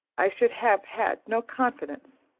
i should have had no confidence,